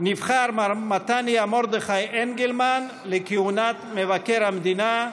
נבחר מר מתניהו מרדכי אנגלמן לכהונת מבקר המדינה.